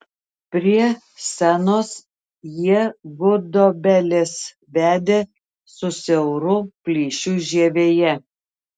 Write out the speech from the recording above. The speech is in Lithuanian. prie senos jie gudobelės vedė su siauru plyšiu žievėje